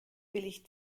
billig